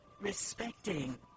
respecting